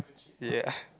ya